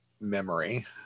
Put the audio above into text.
memory